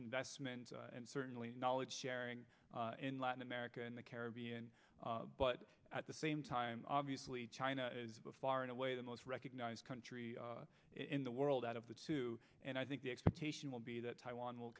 investment and certainly knowledge sharing in latin america and the caribbean but at the same time obviously china is a far and away the most recognized country in the world out of the two and i think the expectation will be that taiwan will